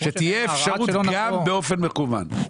שתהיה אפשרות להגיש גם באופן מקוון?